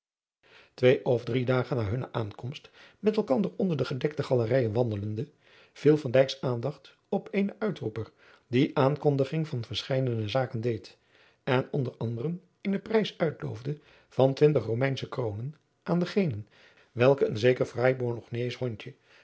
twee of drie dagen na hunne aankomst met elkander onder de bedekte galerijen wandelende viel van dijks aandacht op eenen uitroeper die aankondiging van verscheiden zaken deed en onder anderen eenen prijs uitloofde van twintig romeinsche kroonen aan den genen welke een zeker fraai bologneesch hondje